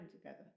together